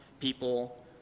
people